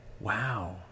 Wow